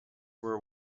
were